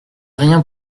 rien